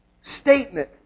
statement